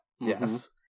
Yes